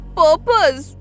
purpose